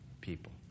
people